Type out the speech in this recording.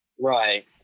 Right